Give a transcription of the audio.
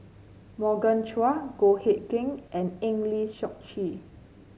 Morgan Chua Goh Hood Keng and Eng Lee Seok Chee